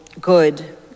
good